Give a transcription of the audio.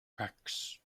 rex